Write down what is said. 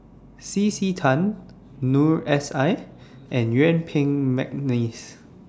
C C Tan Noor S I and Yuen Peng Mcneice